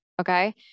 Okay